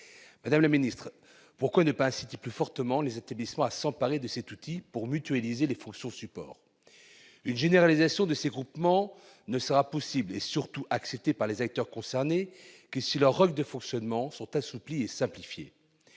Madame la ministre, pourquoi ne pas inciter plus fortement les établissements à s'emparer de cet outil pour mutualiser les fonctions de support ? Une généralisation de ces groupements ne sera possible et, surtout, acceptée par les acteurs concernés que si leurs règles de fonctionnement sont assouplies et simplifiées.